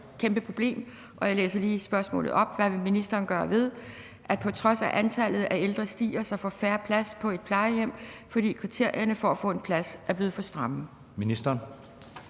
om, er et kæmpe problem, og jeg læser lige spørgsmålet op. Hvad vil ministeren gøre ved, at på trods af at antallet af ældre stiger, så får færre plads på et plejehjem, fordi kriterierne for at få en plads er blevet for stramme?